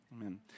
amen